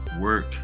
work